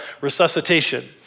resuscitation